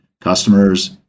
Customers